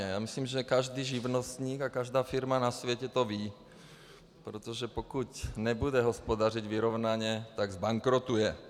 Já myslím, že každý živnostník a každá firma na světě to ví, protože pokud nebude hospodařit vyrovnaně, tak zbankrotuje.